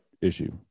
issue